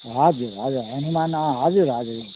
हजुर हजुर हनुमान अँ हजुर हजुर